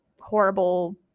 horrible –